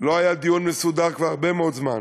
לא היה דיון מסודר כבר הרבה מאוד זמן,